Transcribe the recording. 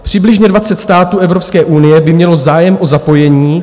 Přibližně dvacet států Evropské unie by mělo zájem o zapojení.